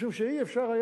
משום שלא היה אפשר,